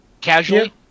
casually